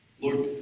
Lord